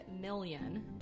million